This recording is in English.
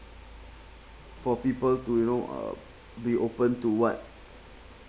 for people to you know uh be open to what